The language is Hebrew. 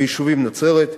ביישובים נצרת,